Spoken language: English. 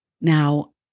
Now